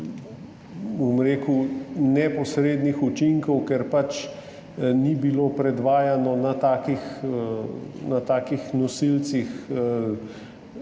bom rekel, neposrednih učinkov, ker pač ni bilo predvajano na takih nosilcih